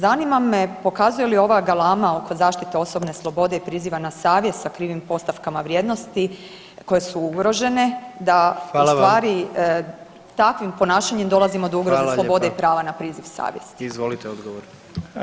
Zanima me pokazuje li ova galama oko zaštite osobne slobode i priziva na savjest sa krivim postavkama vrijednosti koje su ugrožene [[Upadica predsjednik: Hvala vam.]] da ustvari takvim ponašanjem dolazimo do [[Upadica predsjednik: Hvala lijepa.]] ugroze slobode i prava na priziv savjesti?